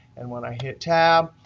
and when i hit tab,